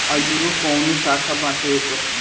आयूरो काऊनो शाखा बाटे ओकर